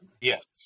Yes